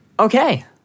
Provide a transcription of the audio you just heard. Okay